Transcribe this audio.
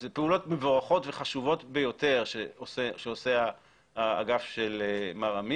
זה פעולות מבורכות וחשובות ביותר שעושה האגף של מר' עמיר,